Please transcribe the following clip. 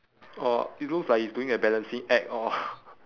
oh it looks like he is doing a balancing act oh